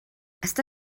està